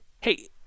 Hey